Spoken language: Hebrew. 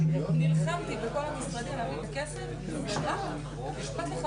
שכל בני הנוער האלו שלומדים יזמות ויודעים לתת פיץ'